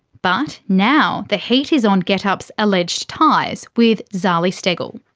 but now the heat is on getup's alleged ties with zali steggall.